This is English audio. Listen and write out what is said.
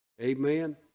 Amen